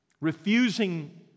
refusing